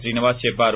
శ్రీనివాస్ చెప్పారు